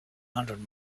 hundred